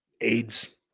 AIDS